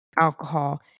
alcohol